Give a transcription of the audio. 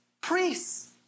priests